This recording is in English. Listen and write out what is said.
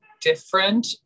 different